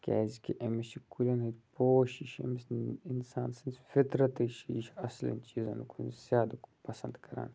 کیٛازِکہِ أمِس چھِ کُلٮ۪ن ہِںٛدۍ پوش یہِ چھِ أمِس اِنسان سٕنٛز فِطرتٕے چھِ یہِ چھِ اَصلٮ۪ن چیٖزَن کُن زیادٕ پَسنٛد کَران